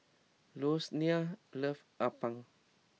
Rosanne loves Appam